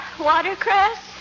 Watercress